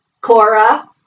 Cora